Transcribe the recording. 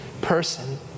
person